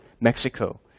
Mexico